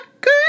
good